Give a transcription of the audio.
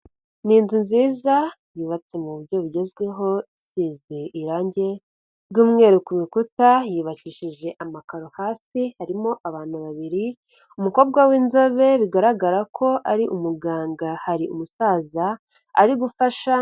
Ni inzu nziza yubatse mu buryo bugezweho, isize irangi ry'umweru, ku rukuta yubakishije amakaro, hasi harimo abantu babiri, umukobwa w'inzobe bigaragara ko ari umuganga, hari umusaza ari gufasha.